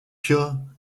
pure